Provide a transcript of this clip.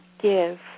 give